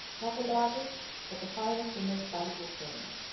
not the largest but the finest and most valuable stones.